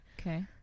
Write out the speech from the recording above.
Okay